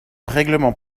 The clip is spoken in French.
règlement